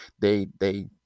they—they